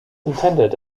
intended